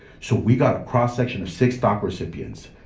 so we got a cross-section of six daca recipients.